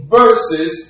verses